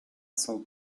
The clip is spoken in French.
son